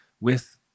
with-